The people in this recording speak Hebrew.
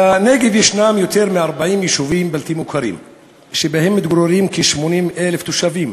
בנגב יש יותר מ-40 יישובים בלתי מוכרים שבהם מתגוררים כ-80,000 תושבים,